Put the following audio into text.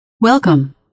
Welcome